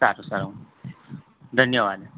સારું સારું ધન્યવાદ